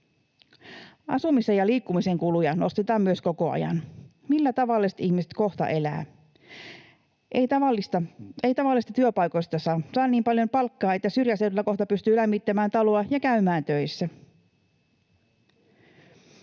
Asumisen ja liikkumisen kuluja nostetaan myös koko ajan. Millä tavalliset ihmiset kohta elävät? Ei tavallisista työpaikoista saa niin paljon palkkaa, että syrjäseudulla kohta pystyy lämmittämään taloa ja käymään töissä.